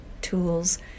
tools